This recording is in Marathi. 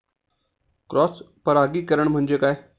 क्रॉस परागीकरण म्हणजे काय?